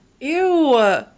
Ew